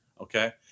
okay